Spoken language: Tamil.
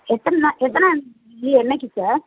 எத்தனை நான் எத்தனாந்தேதி என்றைக்கி சார்